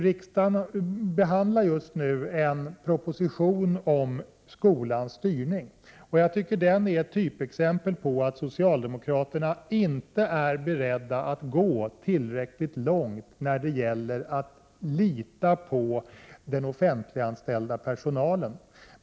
Riksdagen behandlar just nu en proposition om skolans styrning. Jag tycker att den propositionen är ett typexempel på att socialdemokraterna inte är beredda att gå tillräckligt långt när det gäller att lita på den offentliganställda personalen.